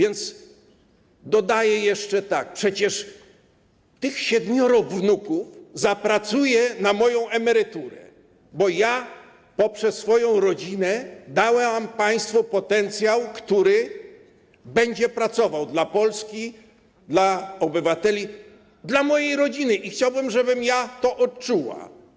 I dodaje jeszcze: przecież tych siedmioro wnuków zapracuje na moją emeryturę, bo ja poprzez swoją rodzinę dałam państwu potencjał, który będzie pracował dla Polski, dla obywateli, dla mojej rodziny, i chciałabym, żebym to odczuła.